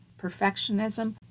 perfectionism